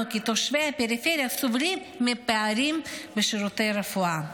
כי תושבי הפריפריה סובלים מפערים בשירותי רפואה.